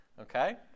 Okay